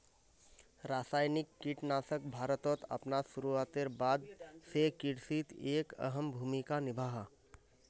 रासायनिक कीटनाशक भारतोत अपना शुरुआतेर बाद से कृषित एक अहम भूमिका निभा हा